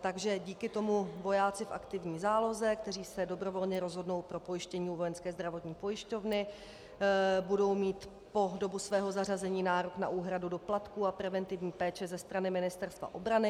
Takže díky tomu vojáci v aktivní záloze, kteří se dobrovolně rozhodnou pro pojištění u Vojenské zdravotní pojišťovny, budou mít po dobu svého zařazení nárok na úhradu doplatků a preventivní péče ze strany Ministerstva obrany.